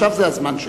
עכשיו זה הזמן שלו.